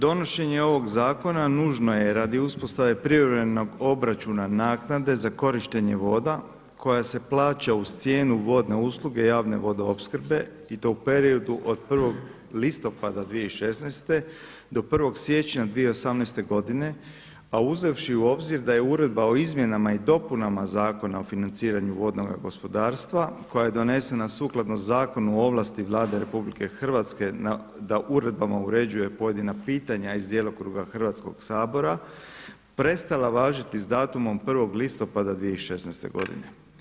Donošenje ovog zakona nužno je radi uspostave privremenog obračuna naknade za korištenje voda koja se plaća uz cijenu vodne usluge javne vodoopskrbe i to u periodu od 1. listopada 2016. do 1. siječnja 2018. godine, a uzevši u obzir da je Uredba o izmjenama i dopunama Zakona o financiranju vodnoga gospodarstva, koja je donesena sukladno Zakonu o ovlasti Vlade RH da uredbama uređuje pojedina pitanja iz djelokruga Hrvatskog sabora, prestala važiti s datumom 1. listopada 2016. godine.